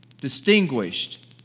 distinguished